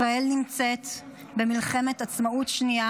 ישראל נמצאת במלחמת עצמאות שנייה,